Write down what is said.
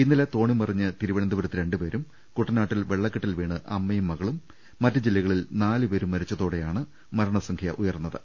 ഇന്നലെ തോണിമറിഞ്ഞ് തിരുവനന്തപുരത്ത് രണ്ടുപേരും കുട്ടനാട്ടിൽ വെള്ളക്കെട്ടിൽ വീണ് അമ്മയും മകളും മറ്റ് ജില്ലകളിൽ നാലുപേരും മരിച്ചതോടെയാണ് മരണസംഖ്യ ഉയർന്നത്